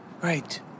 Right